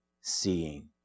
seeing